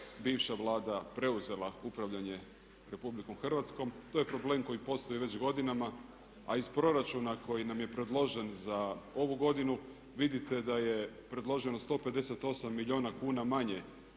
bivša Vlada preuzela upravljanje Republikom Hrvatskom. To je problem koji postoji već godinama, a iz proračuna koji nam je predložen za ovu godinu vidite da je predloženo 158 milijuna kuna manje